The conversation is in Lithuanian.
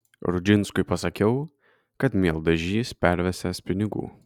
rudžinskui pasakiau kad mieldažys pervesiąs pinigų